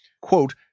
Quote